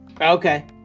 okay